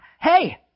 Hey